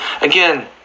Again